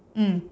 mm